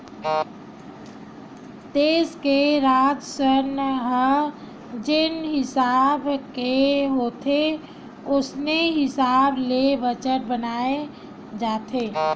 देस के राजस्व ह जेन हिसाब के होथे ओसने हिसाब ले बजट बनाए जाथे